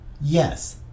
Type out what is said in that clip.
yes